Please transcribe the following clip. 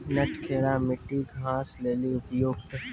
नटखेरा मिट्टी घास के लिए उपयुक्त?